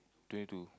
twenty two